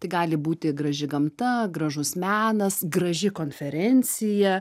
tai gali būti graži gamta gražus menas graži konferencija